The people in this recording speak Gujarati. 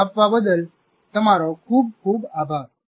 ધ્યાન આપવા બદલ તમારો ખૂબ ખૂબ આભાર